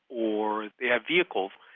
or they have vehicles.